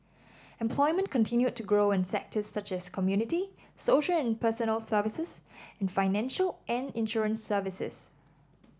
employment continued to grow in sectors such as community social and personal services and financial and insurance services